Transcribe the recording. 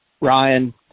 Ryan